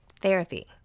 therapy